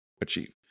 achieve